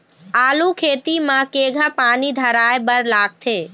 आलू खेती म केघा पानी धराए बर लागथे?